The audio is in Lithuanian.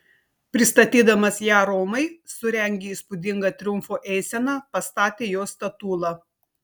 pristatydamas ją romai surengė įspūdingą triumfo eiseną pastatė jos statulą